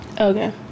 Okay